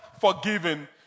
forgiven